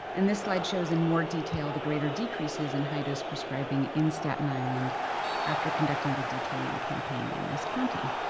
and this slide shows in more detail the greater decreases in high-dose prescribing in staten island after conducting the detailing campaign in this county.